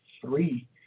Three